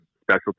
special